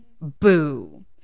boo